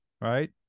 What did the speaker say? right